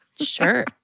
Sure